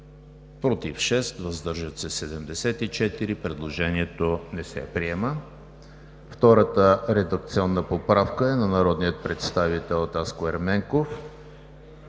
против 6, въздържали се 74. Предложението не се приема. Втората редакционна поправка е на народния представител Таско Ерменков.